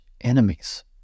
enemies